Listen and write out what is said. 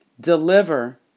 deliver